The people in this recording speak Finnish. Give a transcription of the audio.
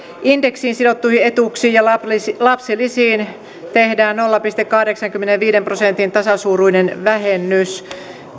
sidottuihin etuuksiin ja lapsilisiin tehdään nolla pilkku kahdeksankymmenenviiden prosentin tasasuuruinen vähennys